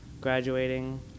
graduating